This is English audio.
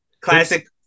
Classic